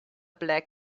black